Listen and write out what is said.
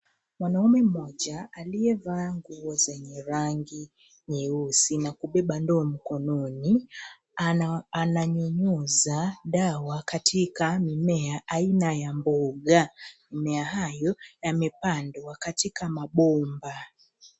Mwanaume mmoja aliyevaa nguo zenye rangi nyeusi, na kubeba ndoo mkononi, ananyunyuza dawa katika mimea aina ya mboga. Mmea hayo yamepandwa katika mabomba.